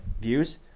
views